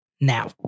now